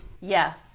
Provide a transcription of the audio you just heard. Yes